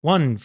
One